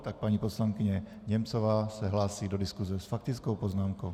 Tak, paní poslankyně Němcová se hlásí do diskuze s faktickou poznámkou.